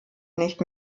nicht